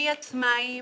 מעצמאיים,